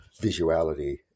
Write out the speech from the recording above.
visuality